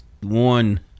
one